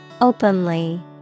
Openly